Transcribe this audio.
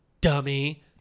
dummy